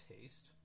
taste